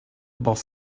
boss